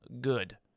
good